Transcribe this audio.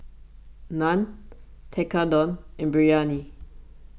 Naan Tekkadon and Biryani